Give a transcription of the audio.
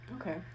okay